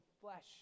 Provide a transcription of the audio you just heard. flesh